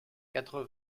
quatre